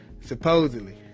supposedly